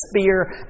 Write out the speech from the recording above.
spear